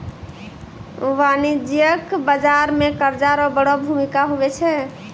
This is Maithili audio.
वाणिज्यिक बाजार मे कर्जा रो बड़ो भूमिका हुवै छै